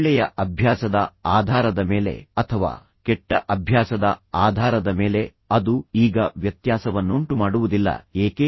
ಒಳ್ಳೆಯ ಅಭ್ಯಾಸದ ಆಧಾರದ ಮೇಲೆ ಅಥವಾ ಕೆಟ್ಟ ಅಭ್ಯಾಸದ ಆಧಾರದ ಮೇಲೆ ಅದು ಈಗ ವ್ಯತ್ಯಾಸವನ್ನುಂಟು ಮಾಡುವುದಿಲ್ಲ ಏಕೆ